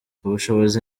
ubushobozi